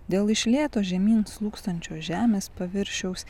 dėl iš lėto žemyn slūgstančio žemės paviršiaus